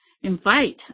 invite